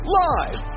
live